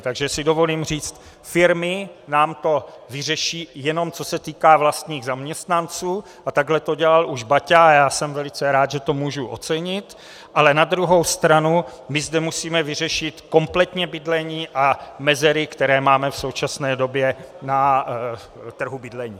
Takže si dovolím říct firmy nám to vyřeší, jenom co se týká vlastních zaměstnanců, a takto to dělal už Baťa a já jsem velice rád, že to můžu ocenit, ale na druhou stranu my zde musíme vyřešit kompletně bydlení a mezery, které máme v současné době na trhu bydlení.